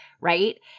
right